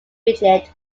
rigid